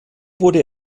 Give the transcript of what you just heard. wurde